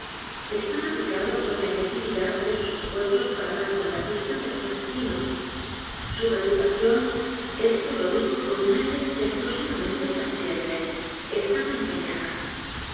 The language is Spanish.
estaba picado por la inutilidad de sus esfuerzos para dar con la pista délos asesinos su reputación esto lo dijo con un aire exclusivamente parisiense estaba empeñada